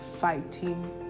fighting